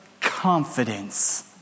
confidence